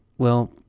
well,